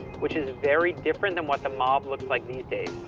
which is very different than what the mob looks like these days.